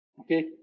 Okay